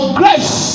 grace